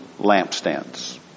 lampstands